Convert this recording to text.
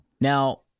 Now